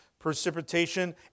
precipitation